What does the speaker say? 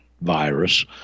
virus